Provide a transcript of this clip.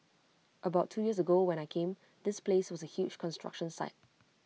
about two years ago when I came this place was A huge construction site